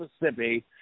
Mississippi